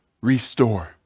restore